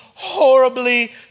Horribly